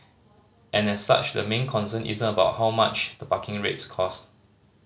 and as such the main concern isn't about how much the parking rates cost